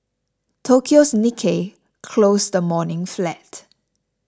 Tokyo's Nikkei closed the morning flat